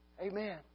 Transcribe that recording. Amen